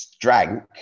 drank